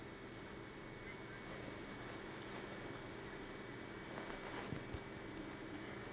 um